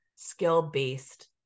skill-based